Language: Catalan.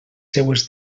seues